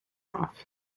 off